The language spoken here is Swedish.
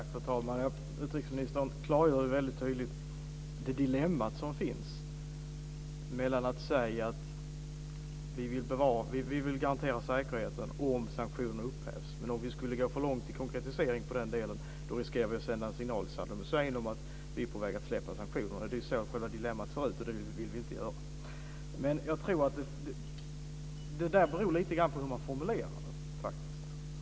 Fru talman! Utrikesministern klargör mycket tydligt det dilemma som finns mellan att säga att vi vill garantera säkerheten om sanktionerna upphävs och att vi, om vi skulle gå för långt i konkretiseringen av den delen, riskerar att sända en signal till Saddam Hussein om att vi är på väg att släppa sanktionerna. Det är så själva dilemmat ser ut, och de signalerna vill vi inte sända. Men jag tror att det beror lite grann på hur man formulerar det.